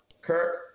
Kirk